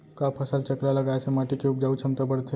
का फसल चक्र लगाय से माटी के उपजाऊ क्षमता बढ़थे?